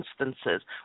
instances